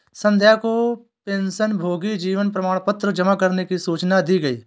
संध्या को पेंशनभोगी जीवन प्रमाण पत्र जमा करने की सूचना दी गई